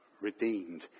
redeemed